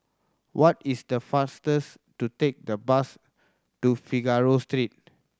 what is the fastest to take the bus to Figaro Street